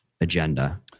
agenda